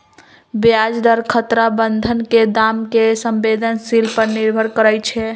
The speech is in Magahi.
ब्याज दर खतरा बन्धन के दाम के संवेदनशील पर निर्भर करइ छै